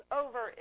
over